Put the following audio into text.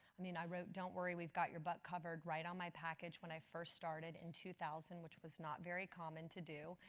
i mean i wrote don't worry we've got your butt covered right on my package when i first started in two thousand, which was not very common to do.